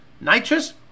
nitrous